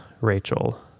Rachel